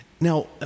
Now